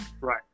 right